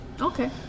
Okay